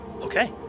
Okay